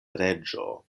reĝo